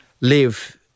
live